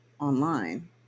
online